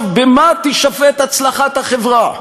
במה תישפט הצלחת החברה,